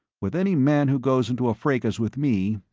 with any man who goes into a fracas with me,